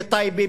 בטייבה,